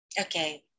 Okay